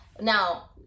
Now